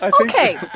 Okay